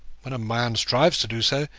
when a man strives to do so,